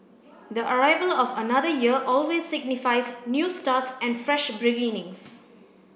the arrival of another year always signifies new starts and fresh beginnings